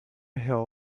hill